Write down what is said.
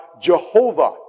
Jehovah